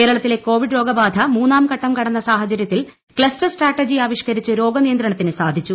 കേരളത്തിലെ കോവിഡ് രോഗബാധ മൂന്നാം ഘട്ടം കടന്ന സാഹചര്യത്തിൽ ക്ലസ്റ്റർ സ്ട്രാറ്റജി ആവിഷ്ക്കരിച്ച് രോഗ നിയന്ത്രണത്തിന് സാധിച്ചു